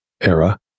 era